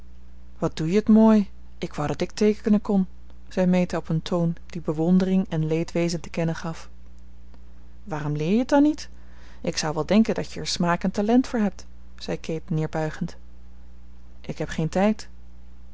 wat doe je het mooi ik wou dat ik teekenen kon zei meta op een toon die bewondering en leedwezen te kennen gaf waarom leer je het dan niet ik zou wel denken dat je er smaak en talent voor hebt zei kate neerbuigend ik heb geen tijd